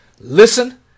Listen